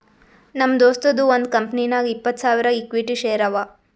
ನಮ್ ದೋಸ್ತದು ಒಂದ್ ಕಂಪನಿನಾಗ್ ಇಪ್ಪತ್ತ್ ಸಾವಿರ ಇಕ್ವಿಟಿ ಶೇರ್ ಅವಾ